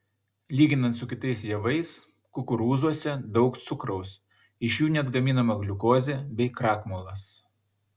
lyginant su kitais javais kukurūzuose daug cukraus iš jų net gaminama gliukozė bei krakmolas